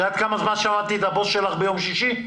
את יודעת כמה זמן שמעתי את הבוס שלך ביום שישי?